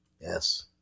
Yes